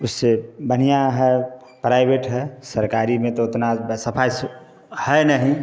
उससे बढ़िया है प्राइवेट है सरकारी में तो उतना सफाई सू है नहीं